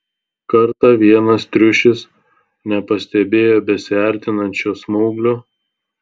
kartą vienas triušis nepastebėjo besiartinančio smauglio